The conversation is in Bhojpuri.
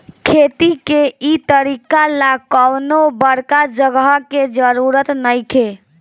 खेती के इ तरीका ला कवनो बड़का जगह के जरुरत नइखे